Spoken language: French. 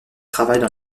travaille